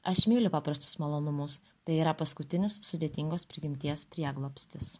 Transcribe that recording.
aš myliu paprastus malonumus tai yra paskutinis sudėtingos prigimties prieglobstis